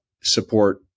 support